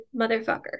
motherfucker